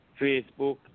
Facebook